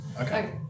Okay